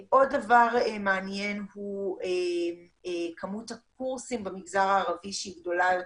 עוד דבר מעניין הוא כמות הקורסים במגזר הערבי שהיא גדולה יותר,